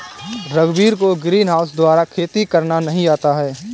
रघुवीर को ग्रीनहाउस द्वारा खेती करना नहीं आता है